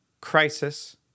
crisis